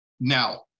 Now